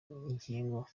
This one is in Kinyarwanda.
ingingo